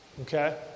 Okay